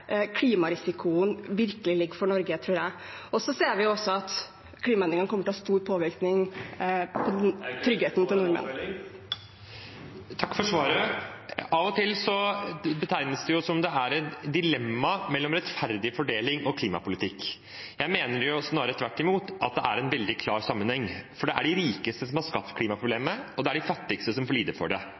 klimarisikoen virkelig ligger for Norge, tror jeg. Så ser vi også at klimaendringene kommer til å ha stor påvirkning på tryggheten Aukrust – til oppfølging. Av og til betegnes det som om det er et dilemma mellom rettferdig fordeling og klimapolitikk. Jeg mener snarere tvert imot at det er en veldig klar sammenheng, for det er de rikeste som har skapt klimaproblemene, og det er de fattigste som får lide for det